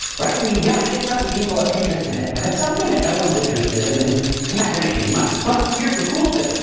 right? so, you gotta get something people are interested in. if it's something no one's interested in then you're not gonna make any money but here's the cool thing,